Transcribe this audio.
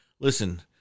listen